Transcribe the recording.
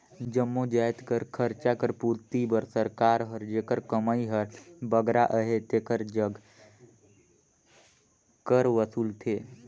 जम्मो जाएत कर खरचा कर पूरती बर सरकार हर जेकर कमई हर बगरा अहे तेकर जग कर वसूलथे